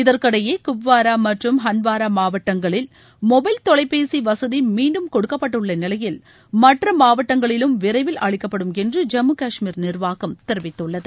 இதற்கிடையே குப்வாரா மற்றும் ஹண்ட்வாரா மாவட்டங்களில் மொபைல் தொலைபேசி வசதி மீண்டும் கொடுக்கப்பட்டுள்ள நிலையில் மற்ற மாவட்டங்களிலும் விரைவில் அளிக்கப்படும் என்று ஜம்மு காஷ்மீர் நிர்வாகம் தெரிவித்துள்ளது